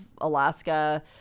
Alaska